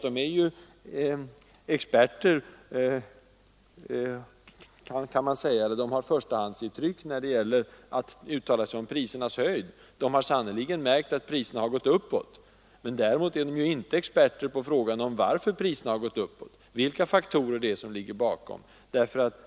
De som tillfrågades har givetvis förstahandskunskap när det gäller att uttala sig om prisernas höjd — de har sannerligen märkt att priserna har gått upp — men de är inte experter på frågan varför priserna har ökat och vilka faktorer som ligger bakom höjningen.